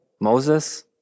Moses